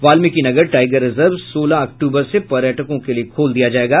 Valmikinagar tiger reserve सोलह अक्तूबर से पर्यटकों के लिए खोल दिया जायेगा